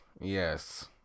yes